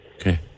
Okay